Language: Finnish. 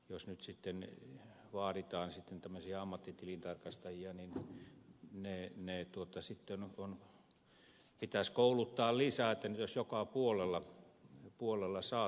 jos nyt sitten vaaditaan tämmöisiä ammattitilintarkastajia niitä sitten pitäisi kouluttaa lisää että niitä olisi joka puolella saatavilla